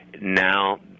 Now